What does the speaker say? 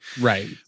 Right